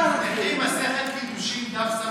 תפתחי מסכת קידושין דף ס"ח,